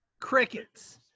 Crickets